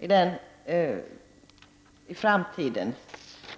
Inför framtiden,